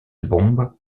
bombes